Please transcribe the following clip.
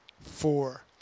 Four